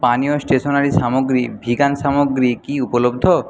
পানীয় স্টেশনারি সামগ্রী ভিগান সামগ্রী কি উপলব্ধ